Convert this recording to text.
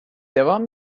devam